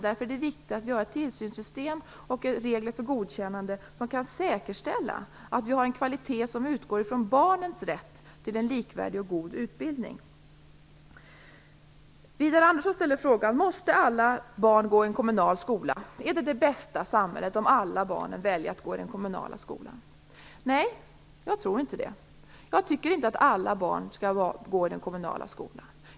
Därför är det viktigt att vi har ett tillsynssystem och regler för godkännande som kan säkerställa att vi har en kvalitet som utgår ifrån barnens rätt till en likvärdig och god utbildning. Widar Andersson ställer frågan om alla barn måste gå i en kommunal skola. Är det det bästa samhället om alla barn väljer att gå i den kommunala skolan? Nej, jag tror inte det. Jag tycker inte att alla barn skall gå i den kommunala skolan.